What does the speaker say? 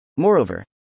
Moreover